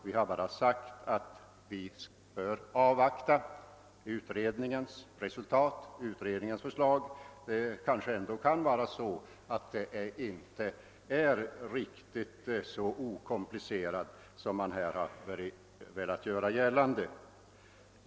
Vi har bara sagt att vi bör avvakta utredningens förslag. Kanske saken inte är så okomplicerad som man här velat göra gällande.